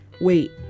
Wait